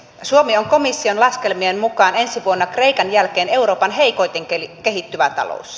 suomi on komission laskelmien mukaan ensi vuonna kreikan jälkeen euroopan heikoiten kehittyvä talous